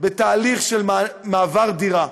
בתהליך של מעבר דירה.